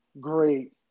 great